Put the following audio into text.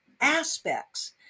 aspects